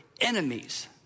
enemies